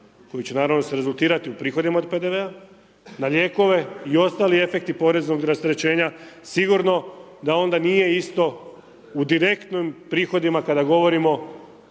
koji će naravno se rezultirati u prihodima od PDV-a, na lijekove i ostali efekti poreznog rasterećenja sigurno da onda nije isto u direktnim prihodima kada govorimo